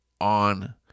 on